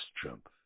Trump